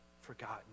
forgotten